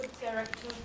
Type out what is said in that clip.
character